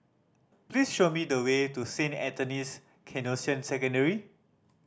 please show me the way to Saint Anthony's Canossian Secondary